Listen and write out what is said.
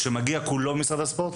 שמגיע כולו ממשרד הספורט?